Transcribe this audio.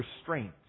restraint